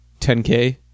10k